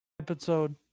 Episode